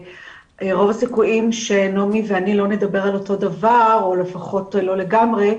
רוב הסיכויים שנעמי ואני לא נדבר על אותו דבר או לפחות לא לגמרי.